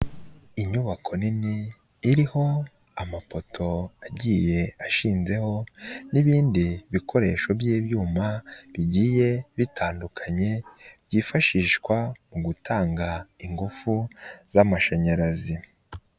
Inyubako nini, iriho amafoto agiye ashinzeho n'ibindi bikoresho by'ibyuma bigiye bitandukanye byifashishwa mu gutanga ingufu z'amashanyarazi.